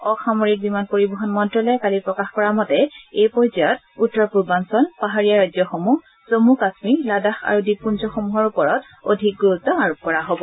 অসামৰিক বিমান পৰিবহন মন্ত্যালয়ে কালি প্ৰকাশ কৰা মতে এই পৰ্যায়ত উত্তৰ পূৰ্বাঞ্চল পাহাৰীয়া ৰাজ্যসমূহ জম্মু কাশ্মীৰ লাডাখ আৰু দ্বীপপুঞ্জসমূহৰ ওপৰত অধিক গুৰুত্ব আৰোপ কৰা হ'ব